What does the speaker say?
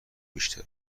بیشتر